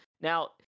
now